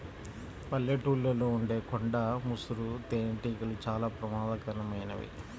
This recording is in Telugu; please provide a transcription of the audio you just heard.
పల్లెటూళ్ళలో ఉండే కొండ ముసురు తేనెటీగలు చాలా ప్రమాదకరమైనవి